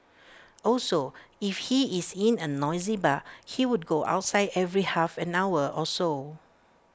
also if he is in A noisy bar he would go outside every half an hour or so